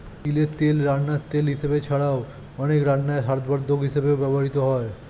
তিলের তেল রান্নার তেল হিসাবে ছাড়াও, অনেক রান্নায় স্বাদবর্ধক হিসাবেও ব্যবহৃত হয়